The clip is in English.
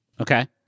Okay